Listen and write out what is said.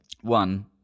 One